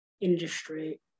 industry